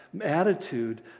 attitude